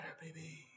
baby